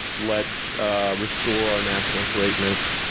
let's restore our national greatness.